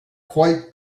quite